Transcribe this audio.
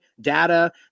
data